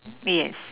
yes